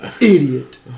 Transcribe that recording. Idiot